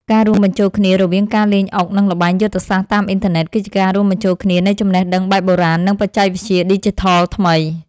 ការរួមបញ្ចូលគ្នារវាងការលេងអុកនិងល្បែងយុទ្ធសាស្ត្រតាមអ៊ីនធឺណិតគឺជាការរួមបញ្ចូលគ្នានៃចំណេះដឹងបែបបុរាណនិងបច្ចេកវិទ្យាឌីជីថលថ្មី។